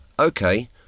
Okay